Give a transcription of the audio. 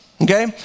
Okay